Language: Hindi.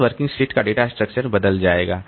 इस वर्किंग सेट का डेटा स्ट्रक्चर बदल जाएगा